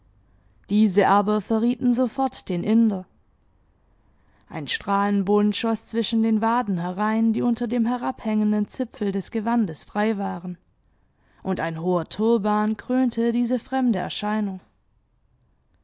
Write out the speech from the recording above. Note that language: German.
diese aber verrieten sofort den inder ein strahlenbund schoß zwischen den waden herein die unter dem herabhängenden zipfel des gewandes frei waren und ein hoher turban krönte diese fremde erscheinung